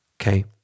okay